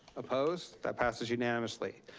opposed, that passes unanimously.